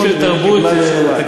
זה סוג של תרבות תקציבית.